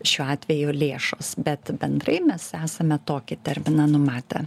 šiuo atveju lėšos bet bendrai mes esame tokį terminą numatę